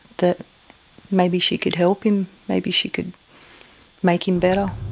that maybe she could help him, maybe she could make him better.